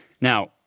Now